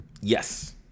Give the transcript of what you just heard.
Yes